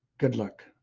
good luck.